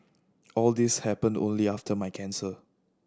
all these happened only after my cancer